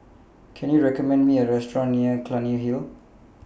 Can YOU recommend Me A Restaurant near Clunny Hill